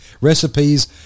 recipes